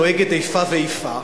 נוהגת איפה ואיפה,